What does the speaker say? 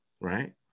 right